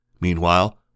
Meanwhile